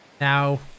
Now